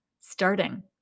starting